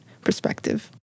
perspective